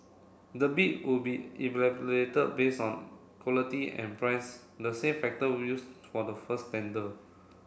the bid would be evaluated based on quality and price the same factor were used for the first tender